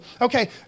Okay